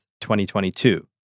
2022